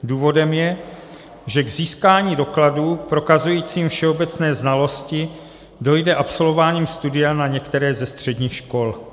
Důvodem je, že k získání dokladu prokazujícího všeobecné znalosti dojde absolvováním studia na některé ze středních škol.